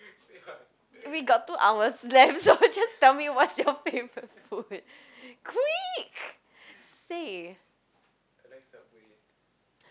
we got two hours left so just tell me what's your favourite food quick say